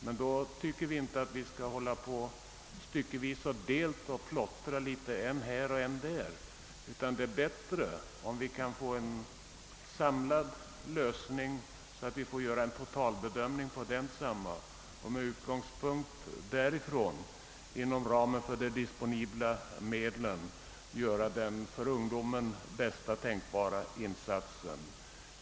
Vi tycker emellertid inte att vi skall hålla på att styckevis och delt plottra litet än här och än där, utan vi anser det vara bättre om vi kan få till stånd en samlad lösning och göra en totalbedömning av denna för att med utgångspunkt i detta, inom ramen för de disponibla medlen, göra den för ungdomen bästa tänkbara insatsen.